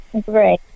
Great